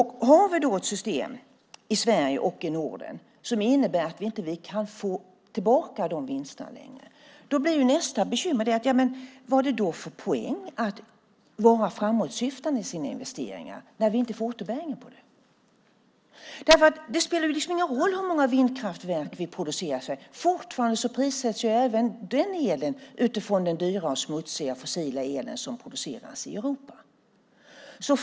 Har vi då ett system i Sverige och i Norden som innebär att vi inte kan få tillbaka dessa vinster längre blir nästa bekymmer att se poängen med att vara framåtsyftande i sina investeringar utan att få återbäring på dem. Det spelar liksom ingen roll hur många vindkraftverk vi producerar i Sverige; fortfarande prissätts även den elen utifrån den dyra och smutsiga fossila el som produceras i Europa.